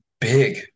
big